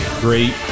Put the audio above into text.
great